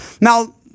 Now